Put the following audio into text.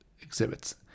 exhibits